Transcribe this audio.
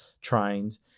trains